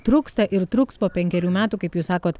trūksta ir truks po penkerių metų kaip jus sakot